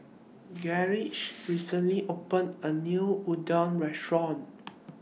Gaige recently opened A New Unadon Restaurant